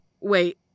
Wait